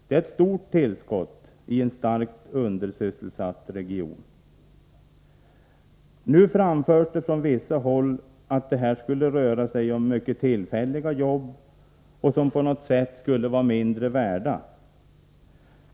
Det är ett stort tillskott i en starkt undersysselsatt region. Nu framförs det från vissa håll att det här skulle röra sig om mycket tillfälliga jobb, som på något sätt skulle vara mindre värda.